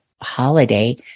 holiday